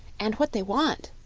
and what they want,